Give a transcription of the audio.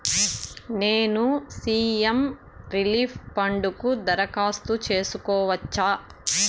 నేను CM relief fund కు దరఖాస్తు సేసుకోవచ్చా?